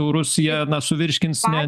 eurus na jie suvirškins ne